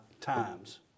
times